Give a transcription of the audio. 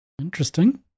Interesting